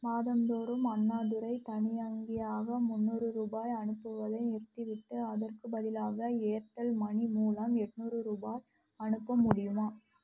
மாதந்தோறும் அண்ணாதுரை தனியங்கியாக முந்நூறு ரூபாய் அனுப்புவதை நிறுத்திவிட்டு அதற்குப் பதிலாக ஏர்டெல் மனி மூலம் எட்நூறு ரூபா அனுப்ப முடியுமா